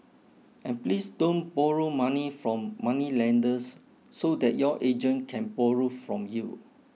and please don't borrow money from moneylenders so that your agent can borrow from you